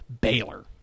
Baylor